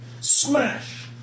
smash